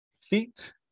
feet